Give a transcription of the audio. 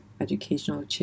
educational